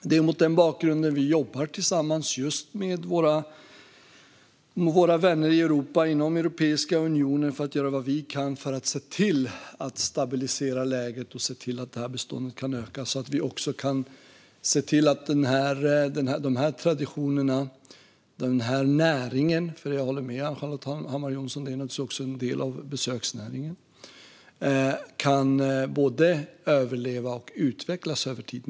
Det är mot den bakgrunden vi jobbar tillsammans med våra vänner i Europa inom Europeiska unionen för att göra vad vi kan för att se till att stabilisera läget så att beståndet kan öka och vi också kan se till att de här traditionerna och den här näringen - jag håller med Ann-Charlotte Hammar Johnsson om att det också är en del av besöksnäringen - kan både överleva och utvecklas över tid.